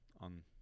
on